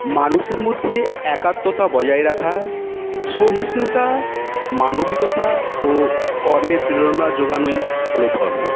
মানুষের মধ্যে একাত্মতা বজায় রাখা সহিষ্ণুতা মানবিকতা ও কর্মে প্রেরণা জোগানোই হলো ধর্ম